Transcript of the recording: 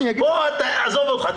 עזוב אותך,